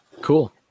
Cool